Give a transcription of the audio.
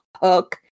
hook